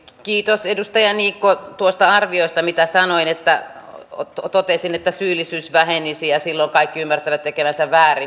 kiitos edustaja niikko tuosta arviosta mitä totesin siitä että syyllisyys vähenisi ja silloin kaikki ymmärtävät tekevänsä väärin